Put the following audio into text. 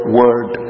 word